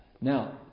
Now